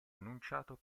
annunciato